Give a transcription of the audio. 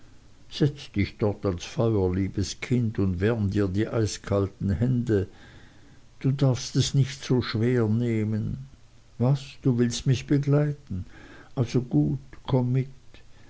setz dich dort ans feuer liebes kind und wärm dir die eiskalten hände du darfst es nicht so schwer nehmen was du willst mich begleiten also gut komm mit